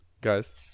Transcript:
guys